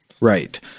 Right